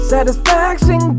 Satisfaction